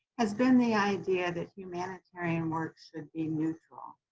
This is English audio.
has been the idea that humanitarian work should be neutral,